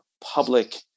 public